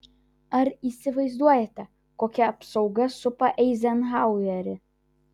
ar įsivaizduojate kokia apsauga supa eizenhauerį